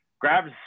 grabs